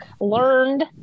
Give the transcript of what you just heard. learned